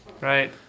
right